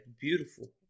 Beautiful